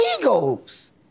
egos